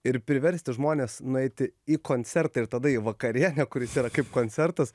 ir priversti žmones nueiti į koncertą ir tada į vakarienę kuris yra kaip koncertas